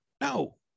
No